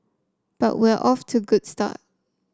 but we're off to good start